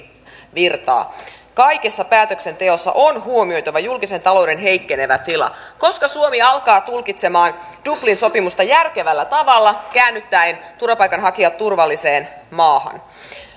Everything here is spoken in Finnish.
virtaa kaikessa päätöksenteossa on huomioitava julkisen talouden heikkenevä tila koska suomi alkaa tulkitsemaan dublin sopimusta järkevällä tavalla käännyttäen turvapaikanhakijat turvalliseen maahan